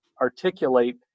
articulate